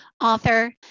author